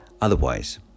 otherwise